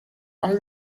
are